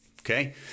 okay